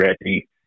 ready